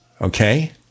Okay